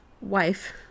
wife